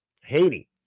Haiti